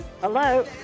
Hello